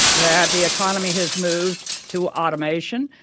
that the economy has moved to automation,